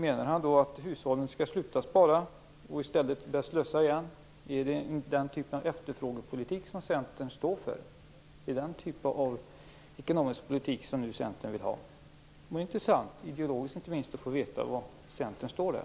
Menar han att hushållen skall sluta spara och i stället börja slösa igen? Är det den typen av efterfrågepolitik som Centern står för? Är det den typ av ekonomisk politik som Centern vill ha nu? Det vore intressant, inte minst ideologiskt, att få veta var Centern står.